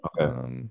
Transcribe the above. Okay